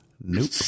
Nope